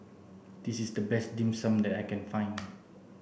this is the best dim sum that I can find